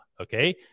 Okay